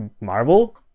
Marvel